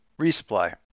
resupply